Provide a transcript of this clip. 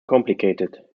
complicated